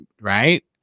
right